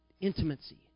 intimacy